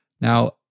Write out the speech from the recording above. Now